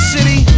City